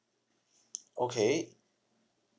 okay